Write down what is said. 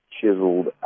chiseled